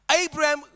Abraham